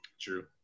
True